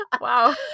Wow